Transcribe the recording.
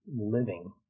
living